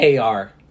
AR